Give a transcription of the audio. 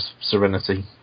Serenity